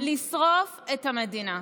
אפשר להחזיר את המשק מבלי לשרוף את המדינה.